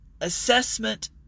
assessment